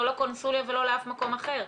לא לקונסוליה ולא לאף מקום אחר,